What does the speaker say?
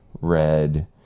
red